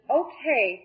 okay